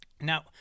Now